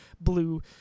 blue